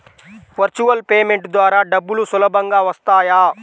Virtual payment ద్వారా డబ్బులు సులభంగా వస్తాయా?